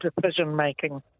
decision-making